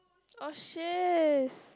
!oh shiz!